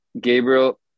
Gabriel